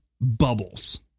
bubbles